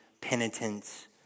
penitence